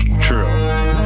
True